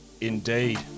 indeed